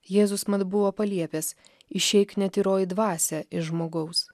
jėzus mat buvo paliepęs išeik netyroji dvasia iš žmogaus